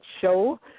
show